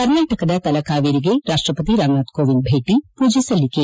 ಕರ್ನಾಟಕದ ತಲಕಾವೇರಿಗೆ ರಾಷ್ಟಪತಿ ರಾಮನಾಥ್ ಕೋವಿಂದ್ ಭೇಟಿ ಪೂಜೆ ಸಲ್ಲಿಕೆ